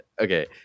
okay